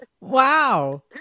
Wow